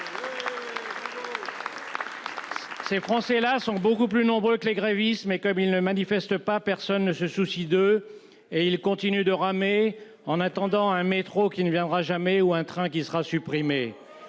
Ces Français-là sont beaucoup plus nombreux que les grévistes. Néanmoins, comme ils ne manifestent pas, personne ne se soucie d'eux ; ils continuent donc de ramer en attendant un métro qui ne viendra jamais ou un train qui sera supprimé.